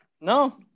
No